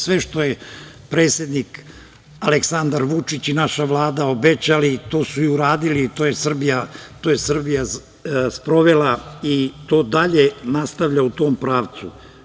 Sve što su predsednik Aleksandar Vučić i naša Vlada obećali, to su i uradili, to je Srbija sprovela i to dalje nastavlja u tom pravcu.